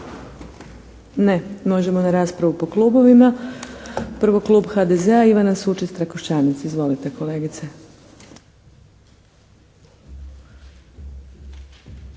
Ne. Možemo na raspravu po klubovima. Prvo klub HDZ-a, Ivana Sučec-Trakoštanec. Izvolite kolegice!